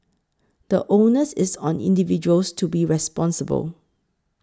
the onus is on individuals to be responsible